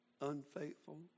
unfaithful